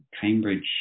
Cambridge